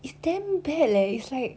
it's damn bad leh it's like